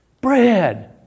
bread